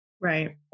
Right